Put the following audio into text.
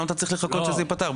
למה אתה צריך לחכות שזה ייפתח?